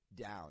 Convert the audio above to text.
down